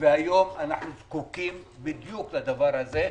היום אנחנו זקוקים בדיוק לכך.